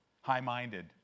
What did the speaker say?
high-minded